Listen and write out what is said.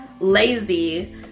Lazy